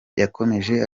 yakomeje